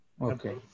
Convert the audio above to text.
Okay